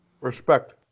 respect